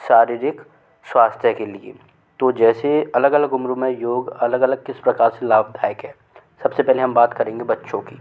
शारीरिक स्वास्थ्य के लिए तो जैसे अलग अलग उम्र में योग अलग अलग किस प्रकार से लाभदायक है सब से पहले हम बात करेंगे बच्चों की